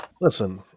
Listen